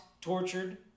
tortured